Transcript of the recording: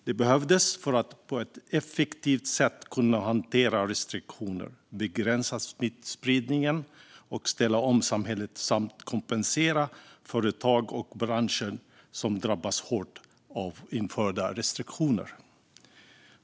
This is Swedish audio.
Det behövdes för att på ett effektivt sätt kunna hantera restriktioner, begränsa smittspridningen, ställa om samhället samt kompensera företag och branscher som drabbats hårt av införda restriktioner.